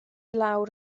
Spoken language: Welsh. lawr